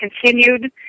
continued